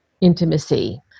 intimacy